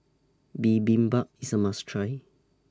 Bibimbap IS A must Try